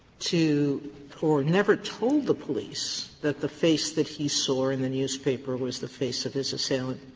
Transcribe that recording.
to or never told the police that the face that he saw in the newspaper was the face of his assailant?